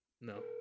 No